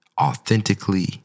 authentically